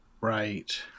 Right